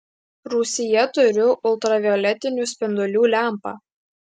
rūsyje turiu ultravioletinių spindulių lempą